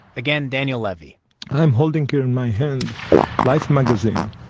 again, daniel levy i'm holding here in my hand life magazine.